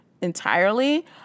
entirely